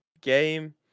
game